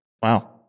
Wow